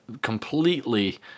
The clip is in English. completely